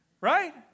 Right